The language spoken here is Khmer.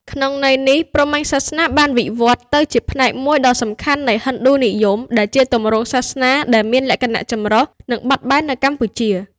ក្នុងន័យនេះ ព្រហ្មញ្ញសាសនាបានវិវឌ្ឍន៍ទៅជាផ្នែកមួយដ៏សំខាន់នៃ ហិណ្ឌូនិយម ដែលជាទម្រង់សាសនាដែលមានលក្ខណៈចម្រុះ និងបត់បែននៅកម្ពុជា។